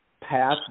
path